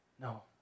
No